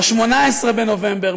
ב-18 בנובמבר,